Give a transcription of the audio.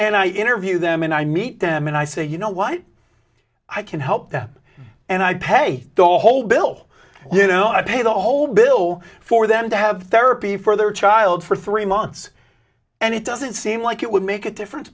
i interview them and i meet them and i say you know what i can help them and i pay the whole bill you know i pay the whole bill for them to have therapy for their child for three months and it doesn't seem like it would make a difference